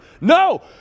No